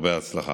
הרבה הצלחה.